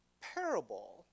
parable